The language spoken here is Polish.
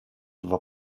dwa